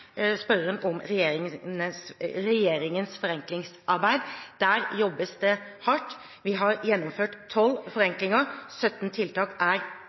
regjeringens forenklingsarbeid. Her jobbes det hardt. Vi har gjennomført tolv forenklinger. 17 tiltak er under gjennomføring. 100 nye står for døren. Det er